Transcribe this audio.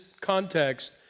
context